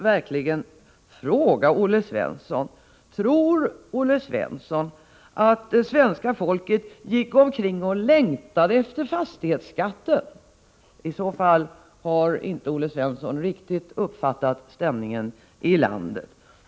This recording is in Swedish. Jag måste fråga Olle Svensson: Tror Olle Svensson att 21 svenska folket gick omkring och längtade efter fastighetsskatten? I så fall har inte Olle Svensson riktigt uppfattat stämningen i landet.